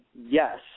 yes